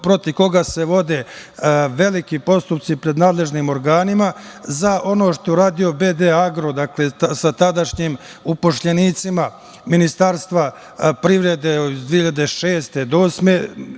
protiv koga se vode veliki postupci pred nadležnim organima za ono što je uradio „BD Agro“, sa tadašnjim zaposlenima Ministarstva privrede iz 2006. do 2008.